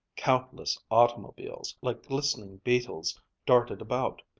countless automobiles, like glistening beetles, darted about,